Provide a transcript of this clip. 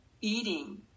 eating